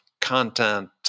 content